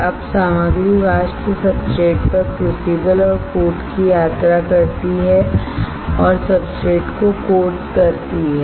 अब सामग्री वाष्प क्रूसिबल से बाहर जाती है और सब्सट्रेट पर कोट होती है और सब्सट्रेट को कोट करती है